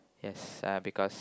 yes uh because